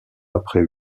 après